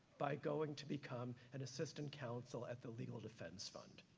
by going to become an assistant counsel at the legal defense fund,